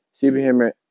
superhuman